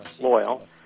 loyal